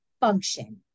function